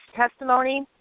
testimony